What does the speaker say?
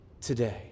today